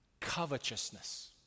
covetousness